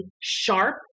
sharp